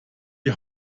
die